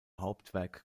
hauptwerk